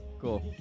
Cool